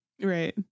Right